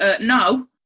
no